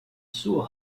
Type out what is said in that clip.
suo